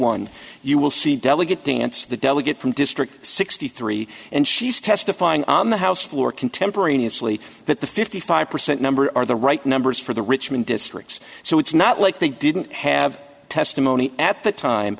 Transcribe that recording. one you will see delegate dance the delegate from district sixty three and she's testifying on the house floor contemporaneously that the fifty five percent number are the right numbers for the richmond districts so it's not like they didn't have testimony at the time